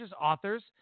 authors